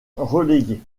relégué